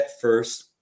first